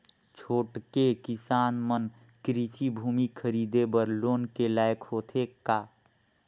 छोटके किसान मन कृषि भूमि खरीदे बर लोन के लायक होथे का?